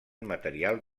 material